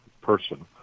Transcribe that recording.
person